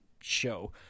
show